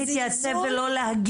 הוא גם יכול לא להתייצב ולא להגיע.